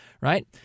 right